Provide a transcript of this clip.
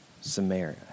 Samaria